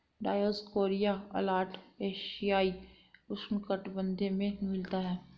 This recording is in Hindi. डायोस्कोरिया अलाटा एशियाई उष्णकटिबंधीय में मिलता है